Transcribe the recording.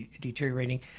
deteriorating